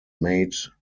made